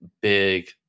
big